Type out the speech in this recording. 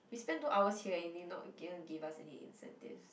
we spent two hours here eh and they didn't give us any incentives